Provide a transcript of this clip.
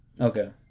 Okay